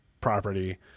property